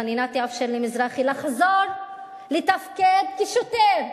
החנינה תאפשר למזרחי לחזור לתפקד כשוטר.